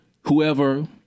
whoever